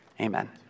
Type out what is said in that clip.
Amen